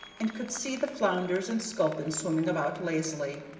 and could see the flounders and sculpin swimming about lazily,